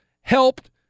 helped